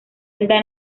elda